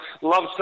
Love